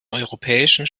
europäischen